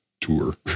tour